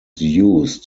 used